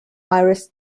iris